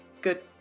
good